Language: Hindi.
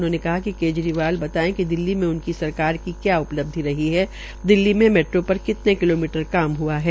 उन्होंने कहा कि केजरीवाल बताये कि दिल्ली में उनकी सरकार का क्या उपलब्धि रही है दिल्ली मे मेट्रो पर कितने किलोमीटर काम हुआ है